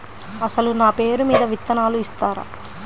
అసలు నా పేరు మీద విత్తనాలు ఇస్తారా?